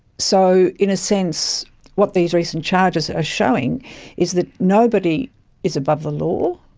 so in a sense what these recent charges are showing is that nobody is above the law,